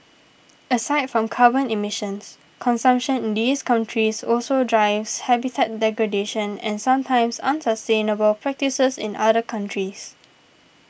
aside from carbon emissions consumption in these countries also drives habitat degradation and sometimes unsustainable practices in other countries